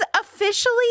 officially